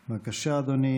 בבקשה, אדוני.